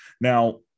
Now